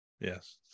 Yes